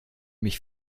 mich